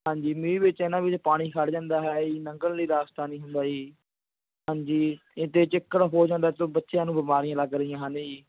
ਹਾਂਜੀ ਮੀਂਹ ਵਿਚ ਇਹਨਾਂ ਵਿੱਚ ਪਾਣੀ ਖੜ੍ਹ ਜਾਂਦਾ ਹੈ ਜੀ ਲੰਘਣ ਲਈ ਰਾਸਤਾ ਨਹੀਂ ਹੁੰਦਾ ਜੀ ਹਾਂਜੀ ਇੱਥੇ ਚਿੱਕੜ ਹੋ ਜਾਂਦਾ ਤੋ ਬੱਚਿਆਂ ਨੂੰ ਬਿਮਾਰੀਆਂ ਲੱਗ ਰਹੀਆਂ ਹਨ ਜੀ